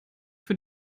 für